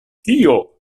kio